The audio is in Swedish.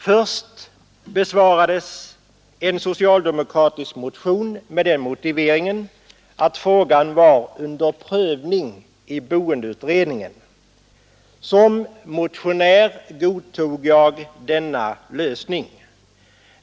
Först avslogs en socialdemokratisk motion med motiveringen att frågan var under prövning i boendeutredningen. Som motionär godtog jag det.